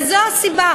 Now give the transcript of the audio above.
וזו הסיבה